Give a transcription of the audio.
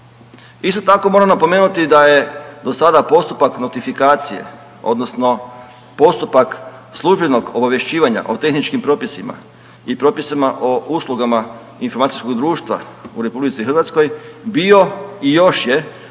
Isto tako moram napomenuti da je do sada postupak notifikacije odnosno postupak službenog obavješćivanja o tehničkim propisima i propisima o uslugama informacijskog društva u RH bio i još je